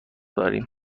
داریم